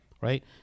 right